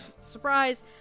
Surprise